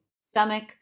stomach